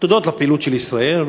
תודות לפעילות של ישראל,